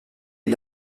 les